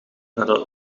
nadat